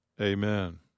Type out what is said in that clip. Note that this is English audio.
amen